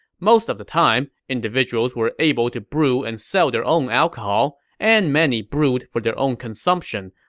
most of the time, individuals were able to brew and sell their own alcohol, and many brewed for their own consumption,